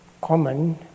common